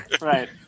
Right